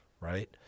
right